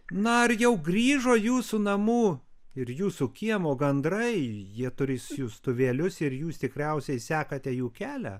na ar jau grįžo jūsų namų ir jūsų kiemo gandrai jie turi siųstuvėlius ir jūs tikriausiai sekate jų kelią